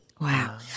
Wow